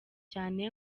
cyane